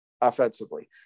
offensively